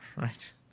Right